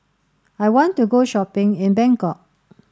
I want to go shopping in Bangkok